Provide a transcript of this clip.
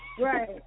Right